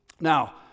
Now